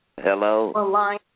Hello